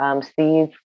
Steve